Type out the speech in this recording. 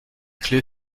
clé